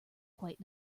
quite